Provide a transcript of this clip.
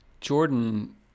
Jordan